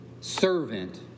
servant